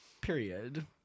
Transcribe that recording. period